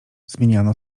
zmieniano